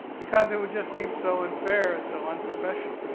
because it just seemed so unfair and so unprofessional.